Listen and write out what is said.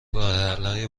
راهحلهای